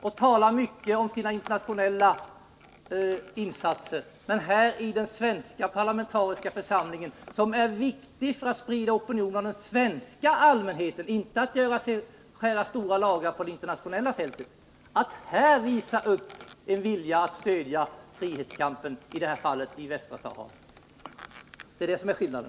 Man talar mycket om sina internationella insatser, men här, i den svenska parlamentariska församlingen, som är viktig för att sprida opinionen till den svenska allmänheten — och inte för att skära stora lagrar på det internationella fältet — visar man inte upp någon vilja att stödja frihetskampen, i det här fallet i Västra Sahara. Det är det som är skillnaden.